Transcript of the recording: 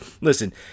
Listen